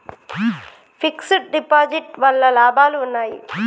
Fix డ్ deposit వల్ల లాభాలు ఉన్నాయి?